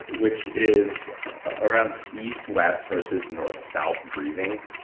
which is around east-west versus north-south breathing.